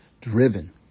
driven